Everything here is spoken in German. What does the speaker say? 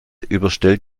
überstellt